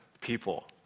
people